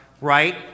right